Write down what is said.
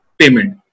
payment